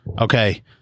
Okay